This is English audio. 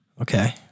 okay